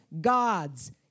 God's